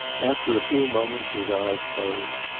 after a few moments his eyes closed,